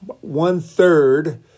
one-third